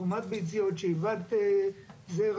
מי שרוצה יכול לקרוא את חוות דעת המיעוט שלי.